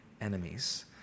enemies